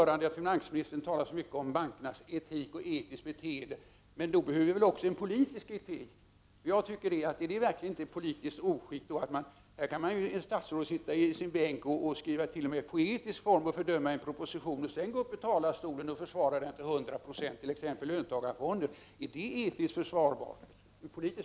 Redan i dag kan vi konstatera att företag inom den elintensiva industrin väljer att förlägga sina investeringar utomlands. riksdagen lämna en redogörelse för de långsiktiga konsekvenserna för den svenska handelsbalansen när betydande delar av svensk basindustri slås ut eller tvingas flytta utomlands.